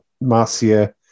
Marcia